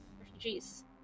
refugees